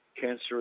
cancer